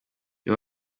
iyo